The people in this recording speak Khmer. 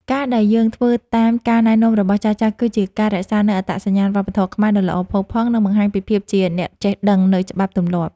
ការណ៍ដែលយើងធ្វើតាមការណែនាំរបស់ចាស់ៗ គឺ ជាការរក្សានូវអត្តសញ្ញាណវប្បធម៌ខ្មែរដ៏ល្អផូរផង់ និងបង្ហាញពីភាពជាអ្នកចេះដឹងនូវច្បាប់ទម្លាប់។